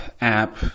app